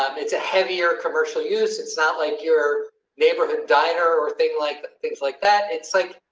um it's a heavier commercial use it's not like your neighborhood diner or thing like things like that. it's like.